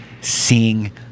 seeing